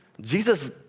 Jesus